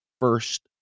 first